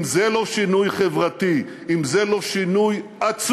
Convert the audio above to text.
אם זה לא שינוי חברתי, אם זה לא שינוי עצום,